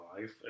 life